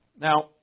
Now